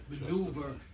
maneuver